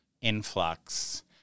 influx